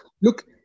Look